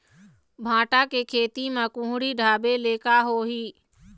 भांटा के खेती म कुहड़ी ढाबे ले का होही?